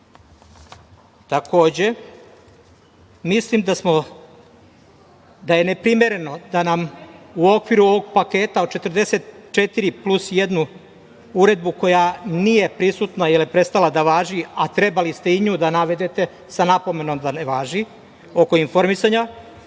mislim da je neprimereno da nam u okviru ovog paketa od 44 plus jedna uredba koja nije prisutna, jer je prestala da važi, a trebali ste i nju da navedete sa napomenom da ne važi, oko informisanja,